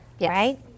right